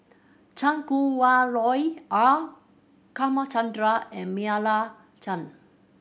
Chan Kum Wah Roy R and Meira Chand